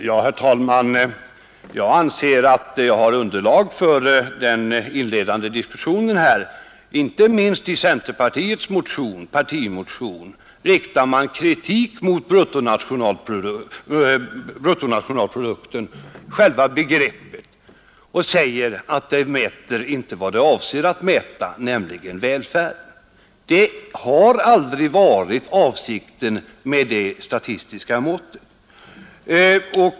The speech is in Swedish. Herr talman! Jag anser att jag har underlag för det jag sade under den inledande diskussionen här. Inte minst i centerpartiets partimotion riktar man kritik mot själva begreppet bruttonationalprodukt och säger att den inte mäter vad den avser att mäta, nämligen välfärd. Det har aldrig varit avsikten med det statistiska måttet.